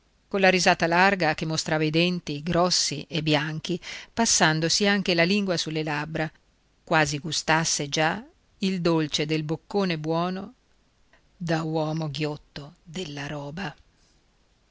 colla risata larga che mostrava i denti grossi e bianchi passandosi anche la lingua sulle labbra quasi gustasse già il dolce del boccone buono da uomo ghiotto della roba